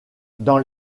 dans